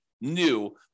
new